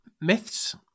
myths